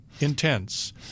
intense